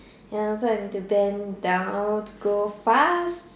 ya so I need to bend down to go fast